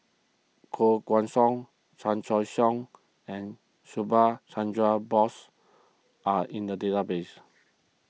Koh Guan Song Chan Choy Siong and Subhas Chandra Bose are in the database